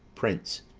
prince.